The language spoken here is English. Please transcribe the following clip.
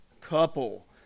couple